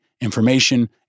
information